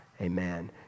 Amen